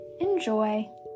Enjoy